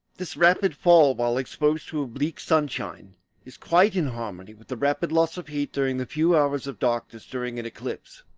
this rapid fall while exposed to oblique sunshine is quite in harmony with the rapid loss of heat during the few hours of darkness during an eclipse,